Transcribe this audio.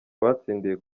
abatsindiye